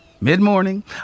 Mid-morning